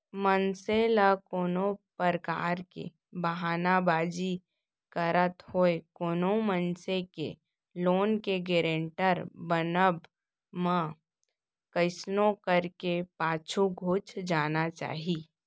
मनसे ल कोनो परकार के बहाना बाजी करत होय कोनो मनसे के लोन के गारेंटर बनब म कइसनो करके पाछू घुंच जाना चाही